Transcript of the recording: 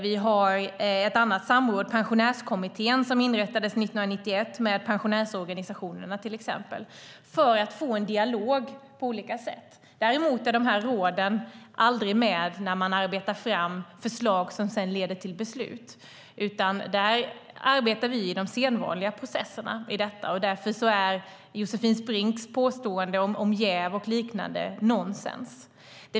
Vi har ett annat samråd, Pensionärskommittén som inrättades 1991, med pensionärsorganisationerna för att få en dialog på olika sätt. Däremot är de här råden aldrig med när man arbetar fram förslag som sedan leder till beslut, utan där arbetar vi i de sedvanliga processerna. Därför är Josefin Brinks påstående om jäv och liknande nonsens.